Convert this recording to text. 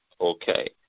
okay